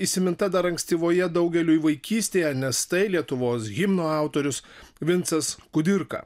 įsiminta dar ankstyvoje daugeliui vaikystėje nes tai lietuvos himno autorius vincas kudirka